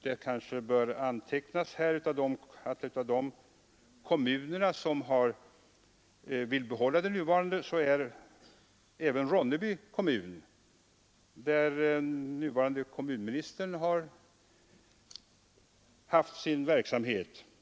Det kanske bör antecknas att bland de kommuner som vill bibehålla det nuvarande systemet är även Ronneby kommun, där vår nye kommunminister har haft sin verksamhet.